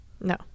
No